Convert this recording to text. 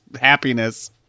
happiness